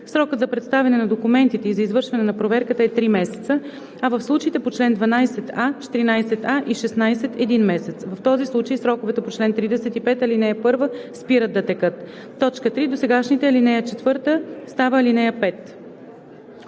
Срокът за представяне на документите и за извършване на проверката е три месеца, а в случаите по чл. 12а, 14а и 16 – един месец. В този случай сроковете по чл. 35, ал. 1 спират да текат.“ 3. Досегашната ал. 4 става ал. 5.“